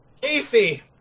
Casey